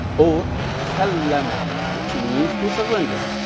or salema which means to surrender.